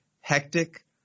hectic